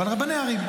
אבל רבני ערים.